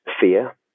fear